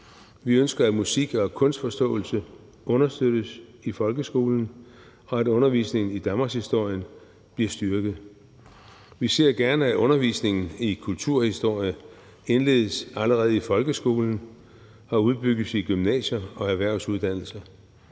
Vi ønsker, at musik- og kunstforståelse understøttes i folkeskolen, og at undervisningen i danmarkshistorien bliver styrket. Vi ser gerne, at undervisningen i kulturhistorie indledes allerede i folkeskolen og udbygges i gymnasie- og erhvervsuddannelser.